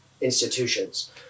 institutions